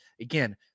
again